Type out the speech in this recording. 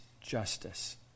justice